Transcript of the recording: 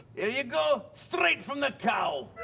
here ya go, straight from the cow.